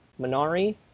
Minari